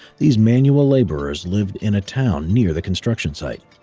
these manual laborers lived in a town near the construction site.